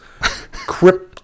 Crypto